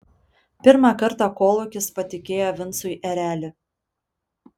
pirmą kartą kolūkis patikėjo vincui erelį